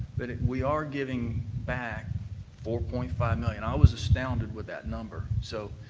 but we are giving back four point five million. i was astounded with that number, so